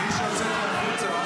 מי שהוציאו אותו החוצה,